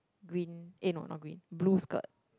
green eh no not green blue skirt